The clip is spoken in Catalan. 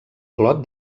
clot